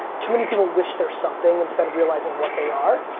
too many people wish they're something instead of realizing what they are.